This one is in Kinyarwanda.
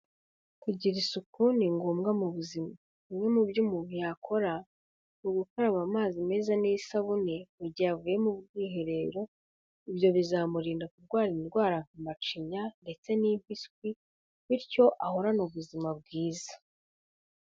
Kugira isuku ni ngombwa mu buzima. Bimwe mu byo umuntu yakora, ni ugukaraba amazi meza n'isabune mu gihe avuye mu bwiherero, ibyo bizamurinda kurwara indwara nka macinya ndetse n'impiswi, bityo ahorane ubuzima bwiza.